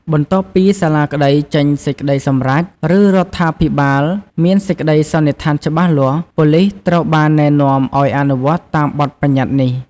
បន្ទាប់ពីសាលាក្តីចេញសេចក្ដីសម្រេច ឬរដ្ឋាភិបាលមានសេចក្ដីសន្និដ្ឋានច្បាស់លាស់ ប៉ូលីសត្រូវបានណែនាំឲ្យអនុវត្តតាមបទបញ្ញត្តិនេះ។